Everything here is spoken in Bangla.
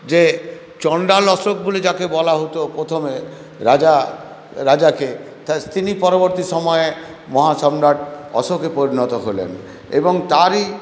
যে চণ্ডাল অশোক বলে যাকে বলা হত প্রথমে রাজা রাজাকে তিনি পরবর্তী সময়ে মহাসম্রাট অশোকে পরিণত হলেন এবং তারই